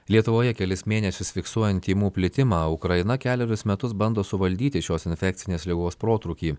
lietuvoje kelis mėnesius fiksuojant tymų plitimą ukraina kelerius metus bando suvaldyti šios infekcinės ligos protrūkį